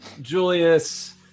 Julius